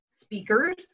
speakers